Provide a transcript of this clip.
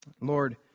Lord